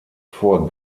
vor